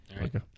Okay